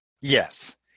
Yes